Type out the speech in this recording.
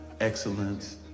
excellence